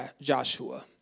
Joshua